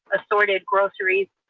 assorted groceries,